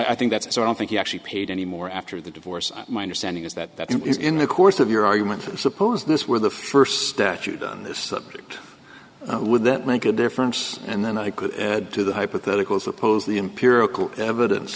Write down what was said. i think that's so i don't think he actually paid any more after the divorce my understanding is that that is in the course of your argument suppose this were the first that you've done this subject would that make a difference and then i could add to the hypothetical suppose the empirical evidence